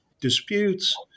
disputes